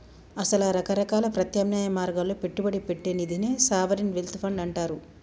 అసల రకరకాల ప్రత్యామ్నాయ మార్గాల్లో పెట్టుబడి పెట్టే నిదినే సావరిన్ వెల్త్ ఫండ్ అంటారు